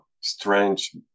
strange